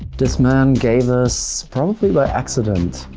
this man gave us, probably by accident,